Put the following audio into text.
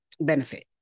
benefit